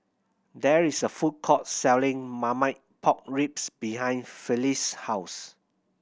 there is a food court selling Marmite Pork Ribs behind Felice house